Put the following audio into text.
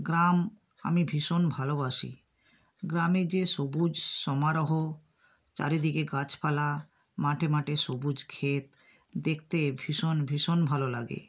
গ্রাম আমি ভীষণ ভালোবাসি গ্রামে যে সবুজ সমারোহ চারিদিকে গাছপালা মাঠে মাঠে সবুজ খেত দেখতে ভীষণ ভীষণ ভালো লাগে